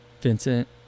Vincent